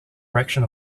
direction